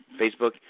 Facebook